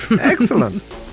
Excellent